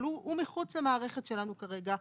אבל הוא מחוץ למערכת שלנו כרגע.